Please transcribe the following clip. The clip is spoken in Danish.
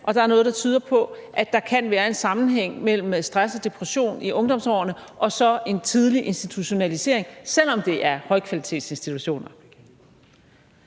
og der er noget, der tyder på, at der kan være en sammenhæng mellem stress og depression i ungdomsårene og så en tidlig institutionalisering, selv om det er højkvalitetsinstitutioner.